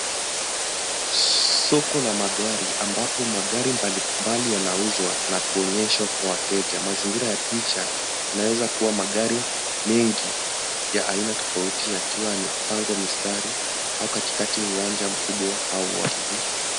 Soko la magari ambapo magari mbalimbali yanauzwa na kuonyeshwa kwa wateja mazingira ya picha yanaweza kua magari mengi ya aina tofauti yakiwa yamepangwa mistari au katikati ya uwanja mkubwa au wazi.